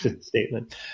statement